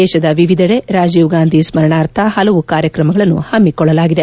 ದೇಶದ ವಿವಿಧೆಡೆ ರಾಜೀವ್ಗಾಂಧಿ ಸ್ತರಣಾರ್ಥ ಹಲವು ಕಾಯಕ್ರಮಗಳನ್ನು ಹಮ್ನಿಕೊಳ್ಳಲಾಗಿದೆ